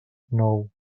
nou